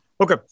Okay